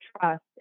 trust